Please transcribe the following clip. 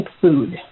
food